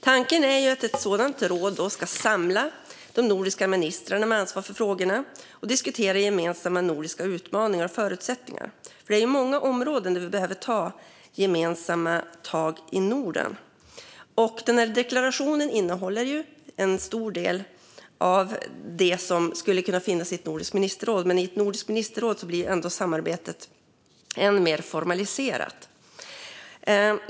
Tanken är ju att ett sådant råd då ska samla de nordiska ministrarna med ansvar för frågorna och diskutera gemensamma nordiska utmaningar och förutsättningar. Det är ju många områden där vi behöver ta gemensamma tag i Norden. Deklarationen innehåller en stor del av det som skulle kunna finnas i ett nordiskt ministerråd. Men i ett nordiskt ministerråd blir ändå samarbetet än mer formaliserat.